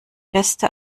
beste